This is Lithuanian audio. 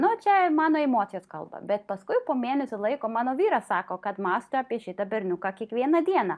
nu čia mano emocijos kalba bet paskui po mėnesio laiko mano vyras sako kad mąsto apie šitą berniuką kiekvieną dieną